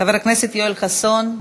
חבר הכנסת יואל חסון,